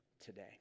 today